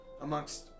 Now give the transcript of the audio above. Amongst